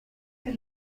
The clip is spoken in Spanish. que